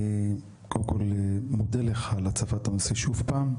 אני קודם כל מודה לך על הצפת הנושא שוב פעם.